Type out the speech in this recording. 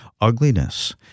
ugliness